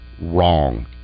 wrong